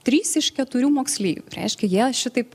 trys iš keturių moksleivių reiškia jie šitaip